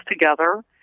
together